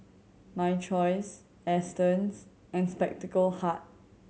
My Choice Astons and Spectacle Hut